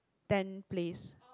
ten place